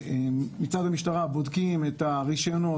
מצד המשטרה בודקים את הרישיונות,